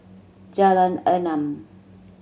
Jalan Enam